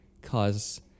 cause